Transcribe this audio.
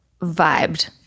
vibed